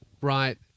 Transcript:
right